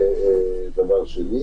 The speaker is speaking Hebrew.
למה מגיע אלינו הסגר השלישי?